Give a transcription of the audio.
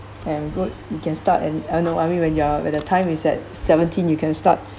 I'm good you can start and no I mean when you're when the time is at seventy you can start